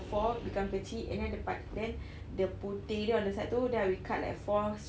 four become kecil and then the part then the putih there on the side itu then I will cut like four